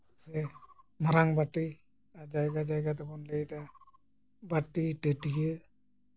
ᱥᱮ ᱢᱟᱨᱟᱝ ᱵᱟᱹᱴᱤ ᱟᱨ ᱡᱟᱭᱜᱟ ᱡᱟᱭᱜᱟ ᱫᱚᱵᱚᱱ ᱞᱟᱹᱭᱫᱟ ᱵᱟᱹᱴᱤ ᱴᱟᱹᱴᱭᱟᱹ